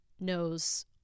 knows